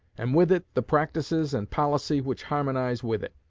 and with it the practices and policy which harmonize with it.